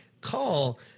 call